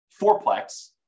fourplex